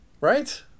right